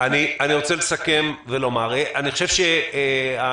אני מתכבד לפתוח את ישיבת הוועדה המיוחדת